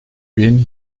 bin